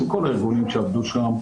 עם כל הארגונים שעבדו שם.